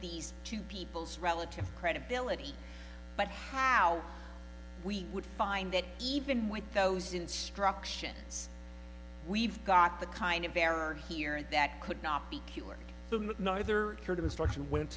these two people's relative credibility but how we would find that even with those instructions we've got the kind of error here that could not be cured neither heard of instruction went